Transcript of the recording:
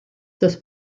das